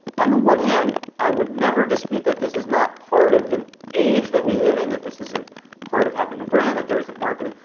on the one hand, i would never dispute that this is not part of the age that we live in, that this isn't part of having a brand, that there isn't marketing,